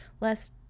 less